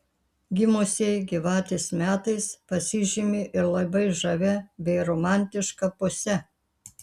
gimusieji gyvatės metais pasižymi ir labai žavia bei romantiška puse